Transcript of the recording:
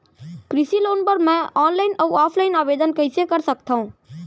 कृषि लोन बर मैं ऑनलाइन अऊ ऑफलाइन आवेदन कइसे कर सकथव?